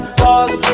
pause